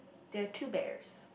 there're two bears